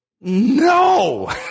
No